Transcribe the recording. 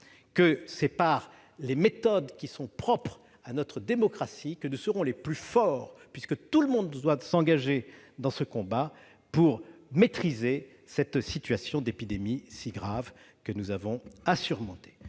que c'est grâce aux méthodes qui sont propres à notre démocratie que nous serons les plus forts, puisque tout le monde doit s'engager dans le combat pour maîtriser la grave situation d'épidémie que nous avons à surmonter.